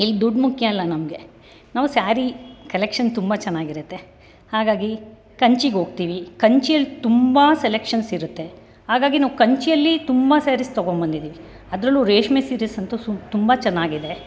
ಇಲ್ಲಿ ದುಡ್ಡು ಮುಖ್ಯ ಅಲ್ಲ ನಮಗೆ ನಾವು ಸ್ಯಾರಿ ಕಲೆಕ್ಷನ್ ತುಂಬ ಚೆನ್ನಾಗಿರತ್ತೆ ಹಾಗಾಗಿ ಕಂಚಿಗೋಗ್ತೀವಿ ಕಂಚಿಯಲ್ಲಿ ತುಂಬ ಸೆಲೆಕ್ಷನ್ಸಿರುತ್ತೆ ಹಾಗಾಗಿ ನಾವು ಕಂಚಿಯಲ್ಲಿ ತುಂಬ ಸ್ಯಾರೀಸ್ ತೊಗೊಂಡ್ಬಂದಿದ್ದೀವಿ ಅದರಲ್ಲೂ ರೇಷ್ಮೆ ಸೀರೇಯಂತೂ ಸು ತುಂಬ ಚೆನ್ನಾಗಿದೆ